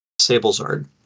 Sablezard